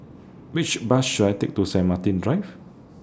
Which Bus should I Take to Saint Martin Drive